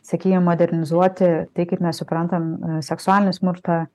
sakykim modernizuoti tai kaip mes suprantam seksualinį smurtą